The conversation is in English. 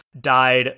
died